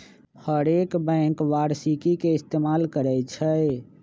हरेक बैंक वारषिकी के इस्तेमाल करई छई